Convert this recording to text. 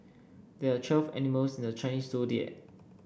there are twelve animals in the Chinese Zodiac